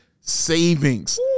savings